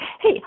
Hey